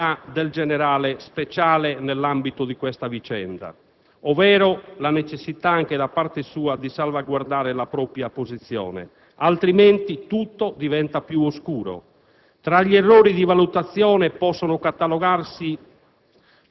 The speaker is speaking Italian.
voglio sperare siano da inquadrare le difficoltà del generale Speciale nell'ambito di questa vicenda, ovvero la necessità anche da parte sua di salvaguardare la propria posizione, altrimenti tutto diventa più oscuro.